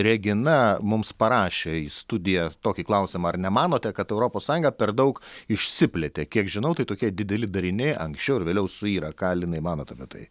regina mums parašė į studiją tokį klausimą ar nemanote kad europos sąjunga per daug išsiplėtė kiek žinau tai tokie dideli dariniai anksčiau ar vėliau suyra ką linai manot apie tai